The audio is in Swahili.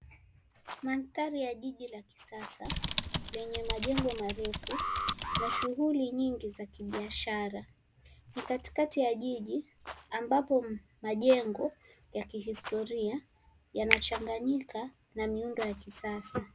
Mandhari ya jiji la kisasa, lenye majengo marefu na shughuli nyingi za kibiashara. Ni katikati ya jiji, ambapo majengo ya kihistoria yanachanganyika na miundo ya kisasa.